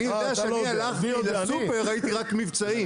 אני יודע שכשהלכתי לסופר, ראיתי רק מבצעים.